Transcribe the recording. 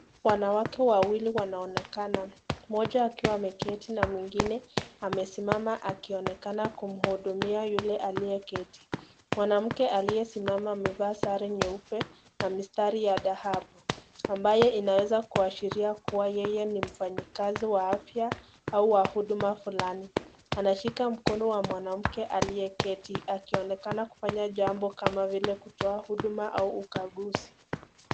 Wanawake wawili wanaonekana. Mmoja akiwa ameketi na mwingine akiwa amesimama akionekana kumhudumia yule aliyeketi. Mwanamke aliyesimama amevaa sare nyeupe na mistari ya dhahabu ambaye inaweza kuashiria kuwa yeye ni mfanyikazi wa afya au wa huduma fulani. Anashika mkono wa mwanamke aliyeketi akionekana kufanya jambo kama vile kutoa huduma au ukaguzi.